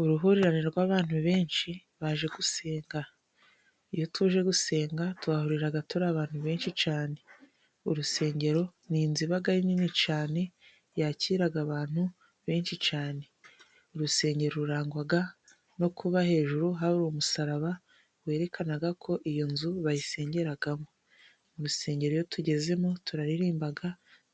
Uruhurirane rw'abantu benshi, baje gusenga. Iyo tuje gusenga, tuhahurira turi abantu benshi cyane. Urusengero ni inzu iba ari nini cyane, yakira abantu benshi cyane. Urusengero rurangwa no kuba hejuru hari umusaraba werekana ko iyo nzu bayisengeramo. Mu rusengero iyo tugezemo turaririmba,